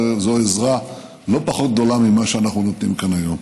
זו עזרה לא פחות גדולה ממה שאנחנו נותנים כאן היום.